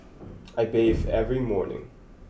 I bathe every morning